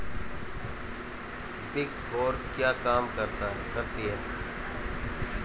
Big Four क्या काम करती है?